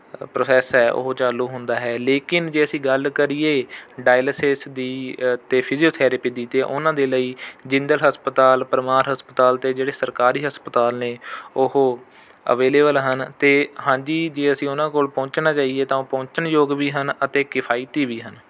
process ਹੈ ਉਹ ਚਾਲੂ ਹੁੰਦਾ ਹੈ ਲੇਕਿਨ ਜੇ ਅਸੀਂ ਗੱਲ ਕਰੀ ਡਾਇਲਾਸਿਸ ਦੀ ਅਤੇ ਫਿਜ਼ੀਓਥੈਰੇਪੀ ਦੀ ਤਾਂ ਉਨ੍ਹਾਂ ਦੇ ਲਈ ਜਿੰਦਲ ਹਸਪਤਾਲ ਪਰਮਾਰ ਹਸਪਤਾਲ ਅਤੇ ਜਿਹੜੇ ਸਰਕਾਰੀ ਹਸਪਤਾਲ ਨੇ ਉਹ ਅਵੇਲੇਵਲ ਹਨ ਅਤੇ ਹਾਂਜੀ ਜੇ ਅਸੀਂ ਉਹਨਾਂ ਕੋਲ ਪਹੁੰਚਣਾ ਚਾਹੀਏ ਤਾਂ ਉਹ ਪਹੁੰਚਣ ਯੋਗ ਵੀ ਹਨ ਅਤੇ ਕਿਫਾਇਤੀ ਵੀ ਹਨ